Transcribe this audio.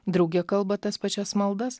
drauge kalba tas pačias maldas